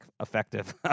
effective